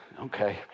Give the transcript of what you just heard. Okay